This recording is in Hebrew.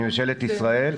מממשלת ישראל,